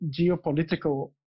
geopolitical